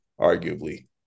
arguably